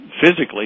physically